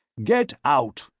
get out!